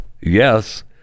yes